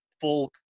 full